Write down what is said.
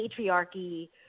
patriarchy